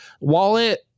wallet